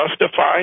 justify